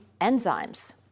enzymes